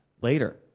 later